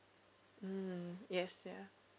mm yes ya